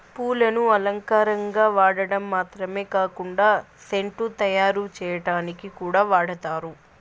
పూలను అలంకారంగా వాడటం మాత్రమే కాకుండా సెంటు తయారు చేయటానికి కూడా వాడతారు